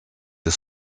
des